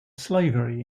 slavery